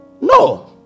No